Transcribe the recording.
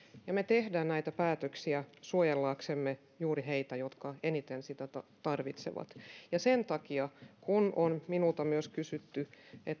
me teemme näitä päätöksiä suojellaksemme juuri heitä jotka eniten sitä tarvitsevat sen takia kun minulta on myös kysytty